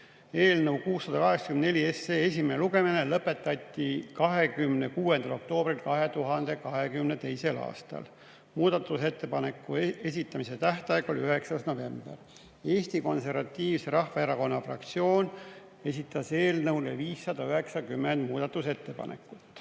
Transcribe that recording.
Eelnõu 684 esimene lugemine lõpetati 26. oktoobril 2022. aastal. Muudatusettepanekute esitamise tähtaeg oli 9. november. Eesti Konservatiivse Rahvaerakonna fraktsioon esitas eelnõu kohta 590 muudatusettepanekut.